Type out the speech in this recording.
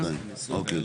1,200. אוקיי.